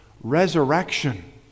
resurrection